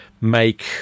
make